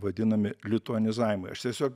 vadinami lituanizavimai aš tiesiog